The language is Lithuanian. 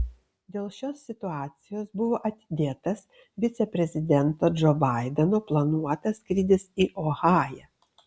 dėl šios situacijos buvo atidėtas viceprezidento džo baideno planuotas skrydis į ohają